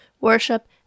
worship